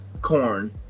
Corn